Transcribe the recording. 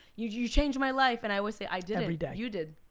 you changed my life. and i always say, i didn't, you did.